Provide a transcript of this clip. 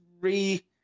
re-